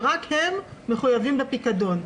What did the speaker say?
שרק הם מחויבים בפיקדון.